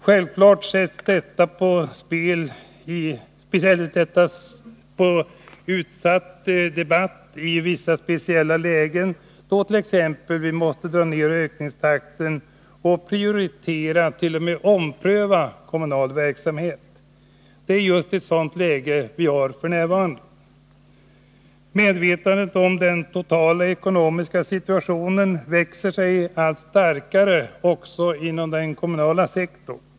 Självfallet sätts detta på speciella prov i ett läge då vi måste dra ned på ökningstakten, starkt prioritera och t.o.m. göra omprövningar i den kommunala verksamheten. Ett sådant läge har vi just nu. Medvetandet om den totala ekonomiska situationen växer sig allt starkare också inom den kommunala sektorn.